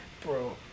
Bro